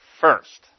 first